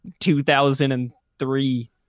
2003-